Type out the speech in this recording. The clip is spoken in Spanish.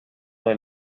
del